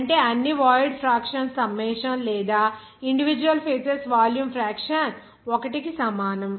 అంటే అన్ని void fractions summation లేదా ఇండివిడ్యువల్ ఫేజెస్ వాల్యూమ్ ఫ్రాక్షన్ 1 కి సమానం